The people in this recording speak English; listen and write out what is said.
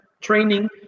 training